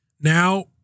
Now